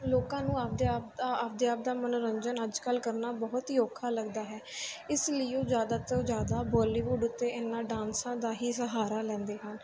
ਲੋਕਾਂ ਨੂੰ ਆਪਦੇ ਆਪ ਆਪਦੇ ਆਪਦਾ ਮਨੋਰੰਜਨ ਅੱਜ ਕੱਲ੍ਹ ਕਰਨਾ ਬਹੁਤ ਹੀ ਔਖਾ ਲੱਗਦਾ ਹੈ ਇਸ ਲਈ ਉਹ ਜ਼ਿਆਦਾ ਤੋਂ ਜ਼ਿਆਦਾ ਬੋਲੀਵੁੱਡ ਉੱਤੇ ਇਹਨਾਂ ਡਾਂਸਾਂ ਦਾ ਹੀ ਸਹਾਰਾ ਲੈਂਦੇ ਹਨ